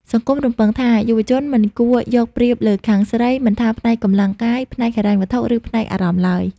សង្គមរំពឹងថា យុវជនមិនគួរ "យកប្រៀបលើខាងស្រី" មិនថាផ្នែកកម្លាំងកាយ ផ្នែកហិរញ្ញវត្ថុ ឬផ្នែកអារម្មណ៍ឡើយ។